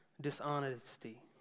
dishonesty